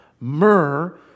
Myrrh